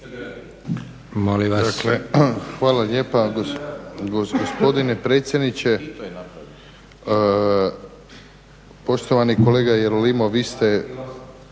Hvala lijepa. Gospodine predsjedniče, poštovani kolega Jerolimov vi ste